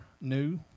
new